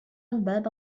الباب